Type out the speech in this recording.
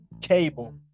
cable